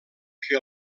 que